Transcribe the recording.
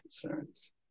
concerns